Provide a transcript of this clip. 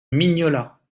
mignola